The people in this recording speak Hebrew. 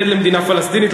מתנגד למדינה פלסטינית,